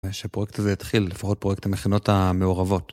ושפרויקט הזה יתחיל, לפחות פרויקט המכינות המעורבות.